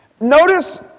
notice